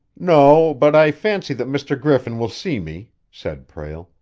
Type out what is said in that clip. no, but i fancy that mr. griffin will see me, said prale.